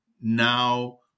now